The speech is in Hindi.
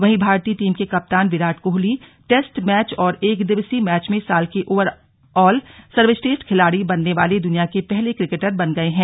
वहीं भारतीय टीम के कप्तान विराट कोहली टेस्ट मैच और एक दिवसीय मैच में साल के ओवरआल सर्वश्रेष्ठ खिलाड़ी बनने वाले द्वनिया के पहले क्रिकेटर बन गए हैं